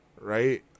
right